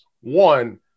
One